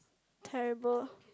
terrible